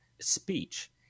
speech